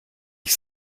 ich